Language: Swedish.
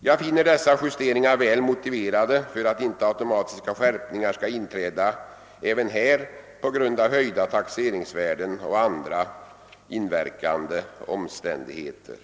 Jag finner dessa justeringar väl motiverade för att inte automatiska skärpningar skall inträda även här på grund av höjda taxeringsvärden och andra inverkande omständigheter.